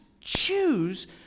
choose